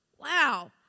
Wow